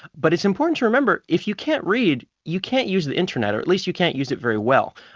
but it's important to remember, if you can't read, you can't use the internet. or at least you can't use it very well.